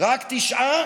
רק תשעה,